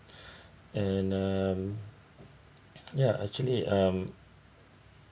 and um yeah actually um